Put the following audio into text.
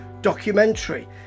documentary